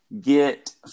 get